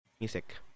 music